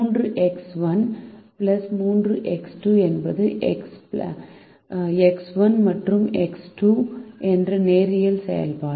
3 x 1 3 x 2 என்பது x 1 மற்றும் x 2 இன் நேரியல் செயல்பாடு